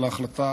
על ההחלטה,